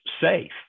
safe